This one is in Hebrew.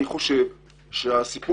אני חושב שהסיפור.